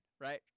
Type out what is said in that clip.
right